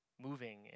moving